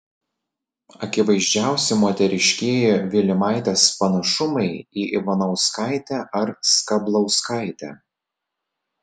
akivaizdžiausi moteriškieji vilimaitės panašumai į ivanauskaitę ar skablauskaitę